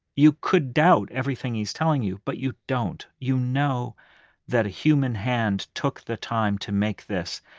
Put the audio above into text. you could doubt everything he's telling you, but you don't. you know that a human hand took the time to make this,